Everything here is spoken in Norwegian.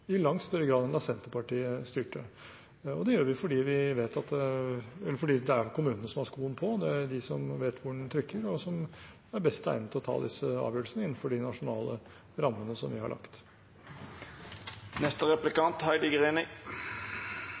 i langt større grad enn da Senterpartiet styrte. Det gjør vi fordi det er kommunene som har skoen på, det er de som vet hvor den trykker, og som er best egnet til å ta disse avgjørelsene innenfor de nasjonale rammene vi har lagt.